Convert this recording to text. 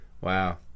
wow